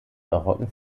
barocken